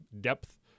depth